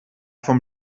von